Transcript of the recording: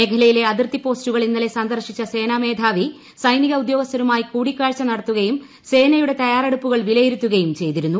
മേഖലയിലെ അതിർത്തി ്യേസ്റ്റുകൾ ഇന്നലെ സന്ദർശിച്ച സേനാ മേധാവി സൈനിക ഉദ്ദ്യൂഗ്സ്ഥരുമായി കൂടിക്കാഴ്ച നടത്തുകയും സേനയുടെ തയ്യാറെടുപ്പുകൾ വിലയിരുത്തുകയും ചെയ്തിരുന്നു